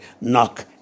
Knock